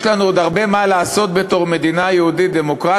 יש לנו עוד הרבה מה לעשות במדינה יהודית דמוקרטית